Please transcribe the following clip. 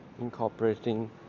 Incorporating